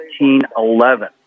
1911